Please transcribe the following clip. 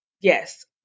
yes